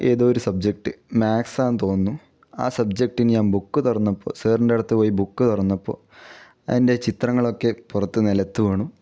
ഏതോ ഒരു സബ്ജെക്ട് മാക്സാണെന്നു തോന്നുന്നു ആ സബ്ജെക്ടിന് ഞാൻ ബുക്ക് തുറന്നപ്പോൾ സാറിൻറ്റെ അടുത്ത് പോയി ബുക്ക് തുറന്നപ്പോൾ അതിൻ്റെ ചിത്രങ്ങളൊക്കെ പുറത്ത് നിലത്ത് വീണു